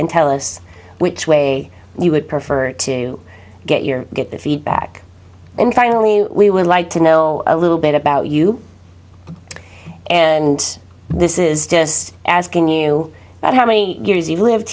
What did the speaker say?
and tell us which way you would prefer to get your get the feedback and finally we would like to know a little bit about you and this is just asking you about how many years he lived